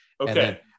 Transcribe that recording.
Okay